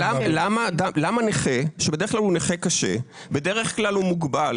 למה נכה שבדרך כלל הוא נכה קשה; בדרך כלל הוא מוגבל